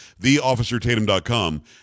theofficertatum.com